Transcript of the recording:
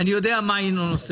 אירוע שהיה